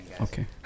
Okay